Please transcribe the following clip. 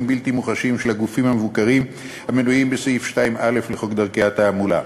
בלתי מוחשיים של הגופים המבוקרים המנויים בסעיף 2א לחוק דרכי תעמולה.